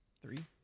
three